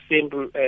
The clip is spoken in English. simple